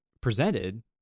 presented